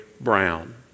Brown